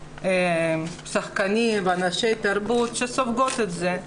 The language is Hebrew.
שחקנים ואנשי תרבות שסופגות את זה.